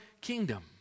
kingdom